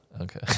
Okay